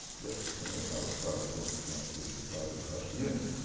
just between us, i was probably sent to the constitution probably to bust the union,